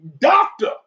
doctor